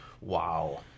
wow